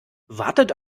wartet